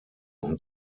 und